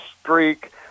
streak